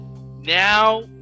now